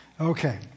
okay